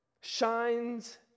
shines